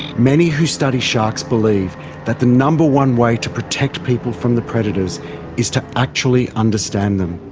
many who study sharks believe that the number one way to protect people from the predators is to actually understand them.